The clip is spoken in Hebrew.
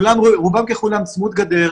רובם ככולם צמוד גדר,